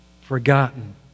Forgotten